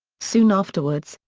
soon afterwards,